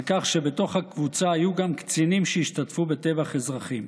כך שבתוך הקבוצה היו גם קצינים שהשתתפו בטבח אזרחים.